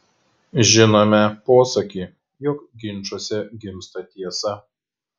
žinome posakį jog ginčuose gimsta tiesa